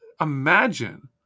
Imagine